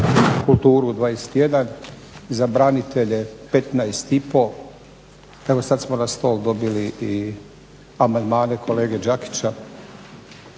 kulturu 21 i za branitelje 15,5. Evo sad smo na stol dobili i amandmane kolege Đakića.